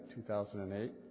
2008